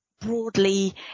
Broadly